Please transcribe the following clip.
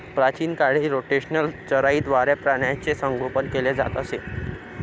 प्राचीन काळी रोटेशनल चराईद्वारे प्राण्यांचे संगोपन केले जात असे